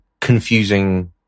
confusing